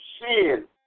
sin